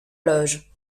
loge